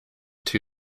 two